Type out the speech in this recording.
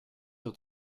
sur